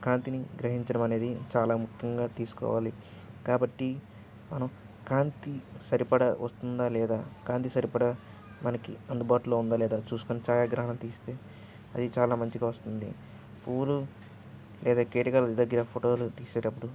కాంతిని గ్రహించడం అనేది చాలా ముఖ్యంగా తీసుకోవాలి కాబట్టి మనం కాంతి సరిపడ వస్తుందా లేదా కాంతి సరిపడ మనకి అందుబాటులో ఉందా లేదా చూసుకొని ఛాయాగ్రహం తీస్తే అది చాలా మంచిగా వస్తుంది పూలు లేదా కీటకాలు దగ్గర ఫోటోలు తీసేటప్పుడు